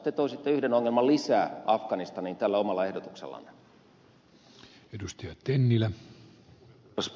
te toisitte yhden ongelman lisää afganistaniin tällä omalla ehdotuksellanne